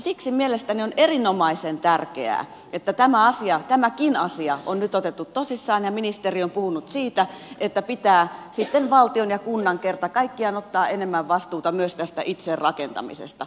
siksi mielestäni on erinomaisen tärkeää että tämäkin asia on nyt otettu tosissaan ja ministeri on puhunut siitä että pitää sitten valtion ja kunnan kerta kaikkiaan ottaa enemmän vastuuta myös tästä itse rakentamisesta